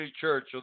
Church